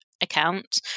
account